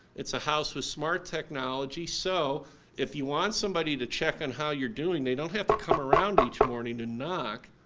it's a house with smart technology so if you want somebody to check on how you're doing they don't have to come around each morning and knock,